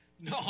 No